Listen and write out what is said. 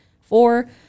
Four